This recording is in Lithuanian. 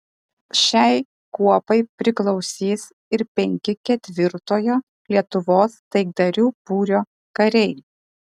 šiai kuopai priklausys ir penki ketvirtojo lietuvos taikdarių būrio kariai